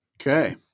Okay